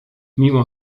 mimo